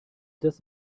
das